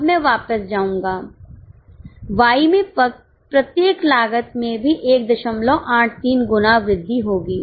अब मैं वापस जाऊंगा Y में प्रत्येक लागत में भी 183 गुना वृद्धि होगी